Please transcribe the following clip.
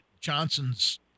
Johnson's